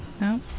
no